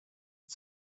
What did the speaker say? had